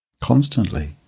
constantly